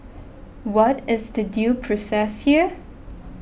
what is the due process here